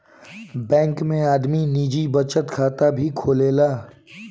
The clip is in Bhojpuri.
बैंक में आदमी निजी बचत खाता भी खोलेला